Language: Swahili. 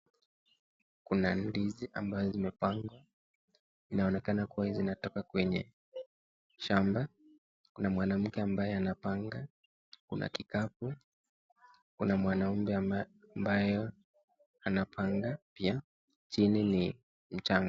Kuna ndizi ambaye zimepandwa inaonekana hizi inatoka kwenye shamba, kuna mwanake ambaye anapanga kuna kikapu kuna mwanaume ambaye anapanda pia chini ni mchangaa